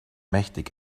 mächtig